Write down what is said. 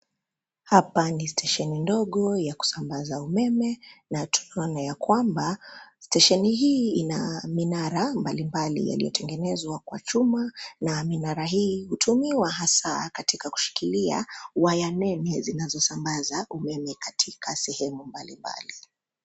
Hapa ni stesheni ndogo ya kusambaza umeme na tunaona ya kwamba stesheni hii ina minara mbalimbali yaliyotengenezwa kwa chuma, na minara hii hutumiwa hasa katika kushikilia waya nene zinazosambaza umeme katika sehemu mbalimbali.